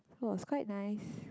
it was quite nice